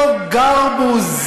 אנשים שעמדו בכיכר כשאותו גרבוז אמר